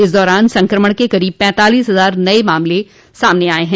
इस दारान संक्रमण के करीब पैंतालीस हजार नये मामले सामने आए हैं